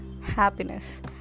happiness